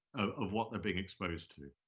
of what they're being exposed to.